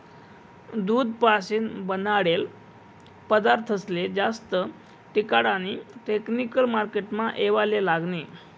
दूध पाशीन बनाडेल पदारथस्ले जास्त टिकाडानी टेकनिक मार्केटमा येवाले लागनी